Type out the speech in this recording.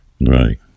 Right